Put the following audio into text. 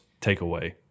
takeaway